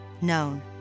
known